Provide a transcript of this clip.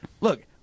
Look